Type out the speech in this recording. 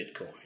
Bitcoin